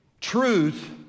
truth